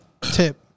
tip